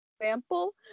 example